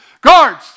Guards